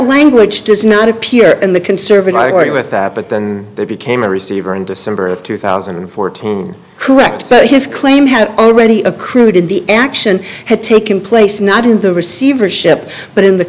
language does not appear in the conservatory with that but then they became a receiver in december of two thousand and fourteen correct but his claim had already accrued in the action had taken place not in the receivership but in the